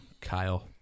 Kyle